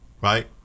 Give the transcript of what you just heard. right